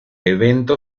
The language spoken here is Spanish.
evento